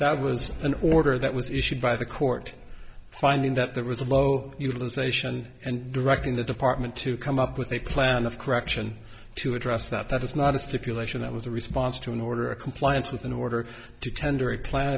that was an order that was issued by the court finding that there was a low utilization and directing the department to come up with a plan of correction to address that is not a stipulation it was a response to an order of compliance with an order to tend